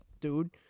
dude